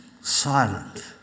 silent